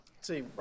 see